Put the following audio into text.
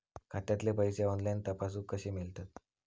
खात्यातले पैसे ऑनलाइन तपासुक कशे मेलतत?